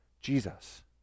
Jesus